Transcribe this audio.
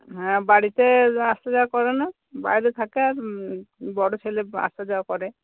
হ্যাঁ বাড়িতে আসা যাওয়া করে না বাইরে থাকে আর বড়ো ছেলে আসা যাওয়া করে